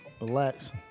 Relax